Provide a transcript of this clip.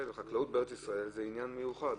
החקלאות בארץ-ישראל זה עניין מיוחד.